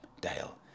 Dale